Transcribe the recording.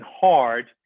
hard